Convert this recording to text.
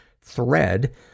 thread